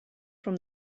from